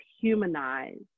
humanize